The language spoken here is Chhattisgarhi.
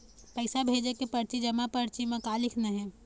पैसा भेजे के परची जमा परची म का लिखना हे?